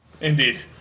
Indeed